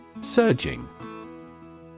Surging